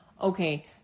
Okay